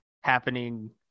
happening